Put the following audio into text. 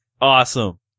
Awesome